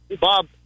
Bob